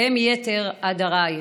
והם יתר עדרייך?"